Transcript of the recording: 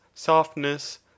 softness